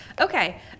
Okay